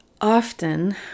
often